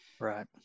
right